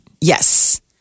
Yes